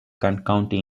county